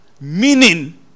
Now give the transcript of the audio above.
Meaning